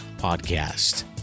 podcast